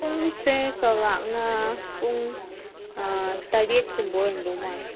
ꯄꯨꯡꯁꯦ ꯆꯥꯎꯔꯥꯛꯅ ꯄꯨꯡ ꯇꯔꯦꯠꯀꯨꯝꯕ ꯑꯣꯏꯔꯝꯗꯧ ꯃꯥꯜꯂꯦ